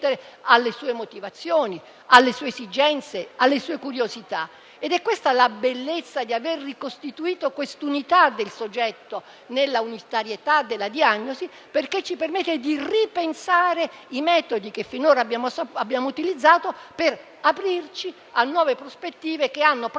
alle sue motivazioni, alle sue esigenze e alle sue curiosità. È questa la bellezza di aver ricostituito questa unità del soggetto nella unitarietà della diagnosi, perché ci permette di ripensare i metodi che finora abbiamo utilizzato per aprirci a nuove prospettive che hanno, proprio nella